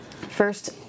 First